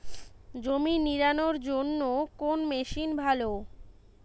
জমি নিড়ানোর জন্য কোন মেশিন ভালো?